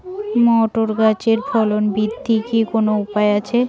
Motor গাছের ফলন বৃদ্ধির কি কোনো উপায় আছে?